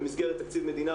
במסגרת תקציב מדינה,